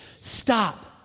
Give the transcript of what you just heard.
stop